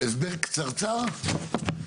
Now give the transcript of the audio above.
הסבר קצרצר.